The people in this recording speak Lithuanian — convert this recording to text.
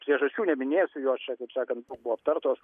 priežasčių neminėsiu jos čia kaip sakant buvo aptartos